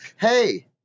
hey –